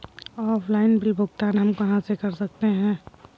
Offline bill भुगतान हम कहां कर सकते हैं?